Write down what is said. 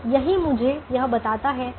तो यही मुझे यह बताता है